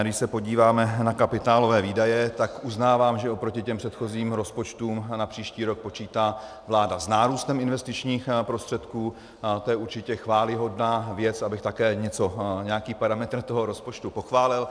Když se podíváme na kapitálové výdaje, tak uznávám, že oproti těm předchozím rozpočtům na příští rok počítá vláda s nárůstem investičních prostředků, a to je určitě chvályhodná věc, abych také nějaký parametr rozpočtu pochválil.